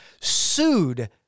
sued